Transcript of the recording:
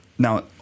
Now